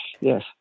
yes